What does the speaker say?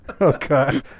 okay